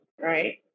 right